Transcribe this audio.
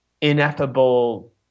ineffable